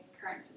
current